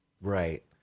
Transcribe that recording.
right